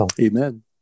Amen